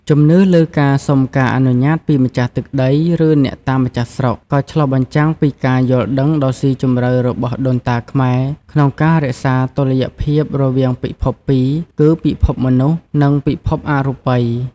ជំនឿលើការសុំការអនុញ្ញាតពីម្ចាស់ទឹកដី ឬអ្នកតាម្ចាស់ស្រុក ក៏ឆ្លុះបញ្ចាំងពីការយល់ដឹងដ៏ស៊ីជម្រៅរបស់ដូនតាខ្មែរក្នុងការរក្សាតុល្យភាពរវាងពិភពពីរ គឺពិភពមនុស្ស និងពិភពអរូបិយ។